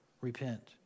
Repent